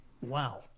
Wow